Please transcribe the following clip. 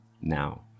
now